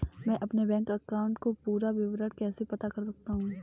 मैं अपने bank account का पूरा विवरण कैसे पता कर सकता हूँ?